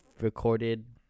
recorded